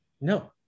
No